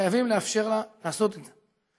חייבים לאפשר לה לעשות את זה.